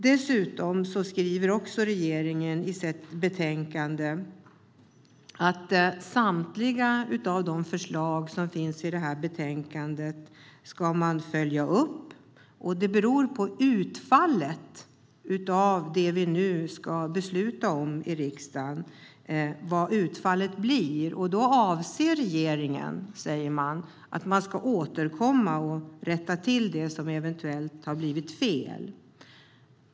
Dessutom skriver regeringen att samtliga förslag som finns i betänkandet ska följas upp och att resultatet beror på utfallet av det beslut vi nu ska ta i riksdagen. Regeringen säger att man avser att återkomma och rätta till det som eventuellt har blivit fel.